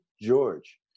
George